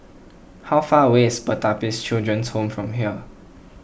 how far away is Pertapis Children Home from here